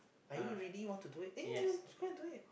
are you really want to do it eh you just go and do it